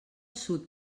sud